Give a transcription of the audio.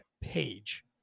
page